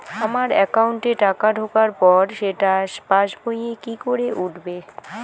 আমার একাউন্টে টাকা ঢোকার পর সেটা পাসবইয়ে কি করে উঠবে?